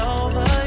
over